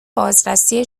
بازرسی